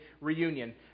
reunion